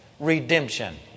redemption